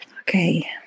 Okay